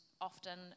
often